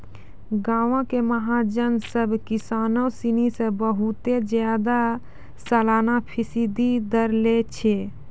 गांवो के महाजन सभ किसानो सिनी से बहुते ज्यादा सलाना फीसदी दर लै छै